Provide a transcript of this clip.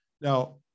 Now